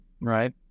right